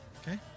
Okay